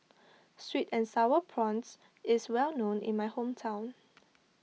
Sweet and Sour Prawns is well known in my hometown